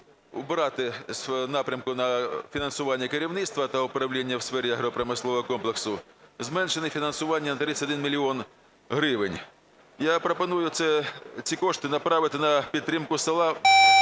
убрати з напрямку на фінансування керівництва та управління у сфері агропромислового комплексу зменшене фінансування на 31 мільйон гривень. Я пропоную ці кошти направити на підтримку села